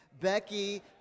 becky